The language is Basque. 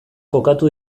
kokatu